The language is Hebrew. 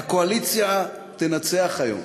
להקשיב, הקואליציה תנצח היום.